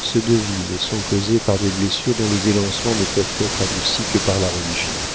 se devinent et sont causées par des blessures dont les élancements ne peuvent être adoucis que par la religion